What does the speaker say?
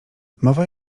mowa